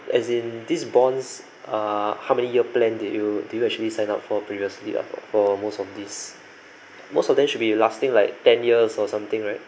as in these bonds uh how many year plan did you did you actually sign up for previously for most of these most of them should be lasting like ten years or something right